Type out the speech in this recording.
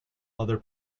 other